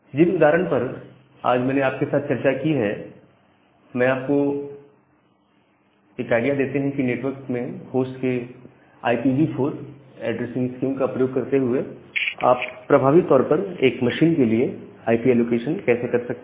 जिन उदाहरण पर आज मैंने आपके साथ चर्चा की है ये आपको एक आईडिया देते हैं कि नेटवर्क में होस्ट के IPv4 ऐड्रेसिंग स्कीम का उपयोग करते हुए आप प्रभावी तौर पर एक मशीन के लिए आईपी ऐलोकेशन कैसे कर सकते हैं